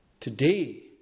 Today